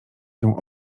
się